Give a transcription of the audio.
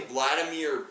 Vladimir